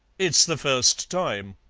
it's the first time.